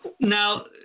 Now